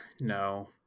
no